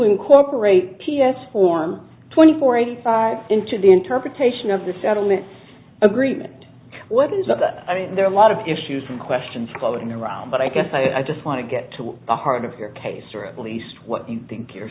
incorporate p s form twenty four eighty five into the interpretation of the settlement agreement what is up there a lot of issues and questions floating around but i guess i just want to get to the heart of your case or at least what you think your